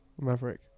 maverick